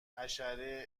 حشره